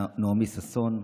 נעמי ששון,